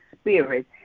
spirit